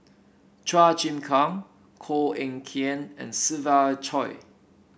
Chua Chim Kang Koh Eng Kian and Siva Choy